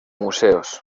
museos